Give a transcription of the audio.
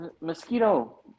Mosquito